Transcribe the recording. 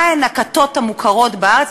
מהן הכתות המוכרות בארץ,